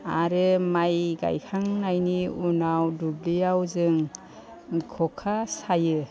आरो माइ गायखांनायनि उनाव दुब्लियाव जों ख'खा सायो